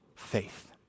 faith